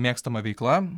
mėgstama veikla